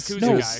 No